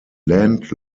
land